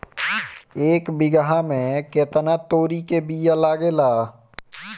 एक बिगहा में केतना तोरी के बिया लागेला?